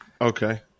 Okay